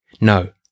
no